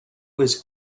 was